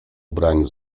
ubraniu